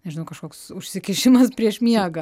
nežinau kažkoks užsikišimas prieš miegą